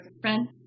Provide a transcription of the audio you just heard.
friend